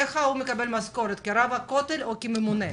האם הוא מקבל משכורת כרב הכותל או כממונה?